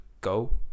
go